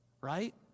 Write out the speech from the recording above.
right